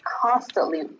constantly